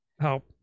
help